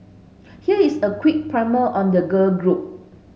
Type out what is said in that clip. here is a quick primer on the girl group